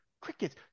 Crickets